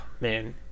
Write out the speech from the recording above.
man